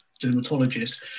dermatologist